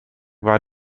war